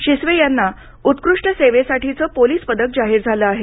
शिसवे यांना उत्कृष्ट सेवेसाठीचं पोलीस पदक जाहीर झालं आहे